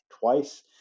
twice